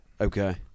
Okay